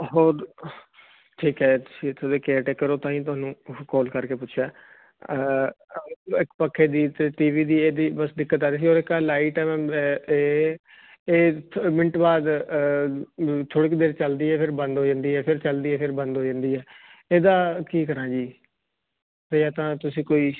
ਠੀਕ ਕਰੋ ਤਾਂ ਹੀ ਤੁਹਾਨੂੰ ਕਾਲ ਕਰਕੇ ਪੁੱਛਿਆ ਇੱਕ ਪੱਖੇ ਦੀ ਟੀਵੀ ਦੀ ਇਹਦੀ ਬਸ ਦਿੱਕਤ ਆ ਰਹੀ ਸੀ ਮਿੰਟ ਬਾਅਦ ਥੋੜੀ ਦੇਰ ਚੱਲਦੀ ਫਿਰ ਬੰਦ ਹੋ ਜਾਂਦੀ ਏ ਫਿਰ ਚੱਲਦੀ ਫਿਰ ਬੰਦ ਹੋ ਜਾਂਦੀ ਏ ਇਹਦਾ ਕੀ ਕਰਾਂ ਜੀ ਤਾਂ ਤੁਸੀਂ ਕੋਈ